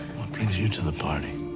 brings you to the party?